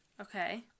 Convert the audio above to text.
okay